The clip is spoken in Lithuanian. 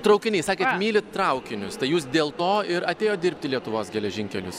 traukiniai sakėt mylit traukinius tai jūs dėl to ir atėjot dirbt į lietuvos geležinkelius